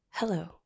Hello